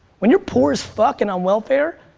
when you're poor as fuck and on welfare,